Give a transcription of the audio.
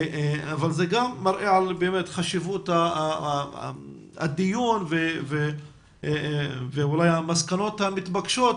זה גם מראה על חשיבות הדיון ועל המסקנות המתבקשות.